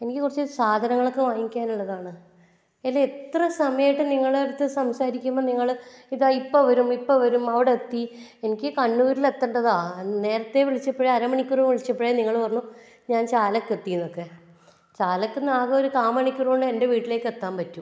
എനിക്ക് കുറച്ച് സാധനങ്ങളൊക്കെ വാങ്ങിയ്ക്കാൻ ഉള്ളതാണ് ഇത് എത്ര സമയായിട്ട് നിങ്ങളെടുത്ത് സംസാരിയ്ക്കുമ്പം നിങ്ങൾ ഇതാ ഇപ്പം വരും ഇപ്പം വരും അവിടെത്തി എനിയ്ക്ക് കണ്ണൂരിൽ എത്തണ്ടതാ നേരത്തെ വിളിച്ചപ്പഴേ അരമണിക്കൂറിൽ വിളിച്ചപ്പഴേ നിങ്ങൾ പറഞ്ഞു ഞാൻ ചാലയ്ക്കെത്തീന്നകെ ചാലത്ത്ന്ന് ആകെ ഒരു കാ മണിക്കൂറ് കൊണ്ട് എൻ്റെ വീട്ടിലേയ്ക്കെത്താൻ പറ്റും